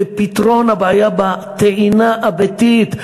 לפתרון הבעיה בטעינה הביתית,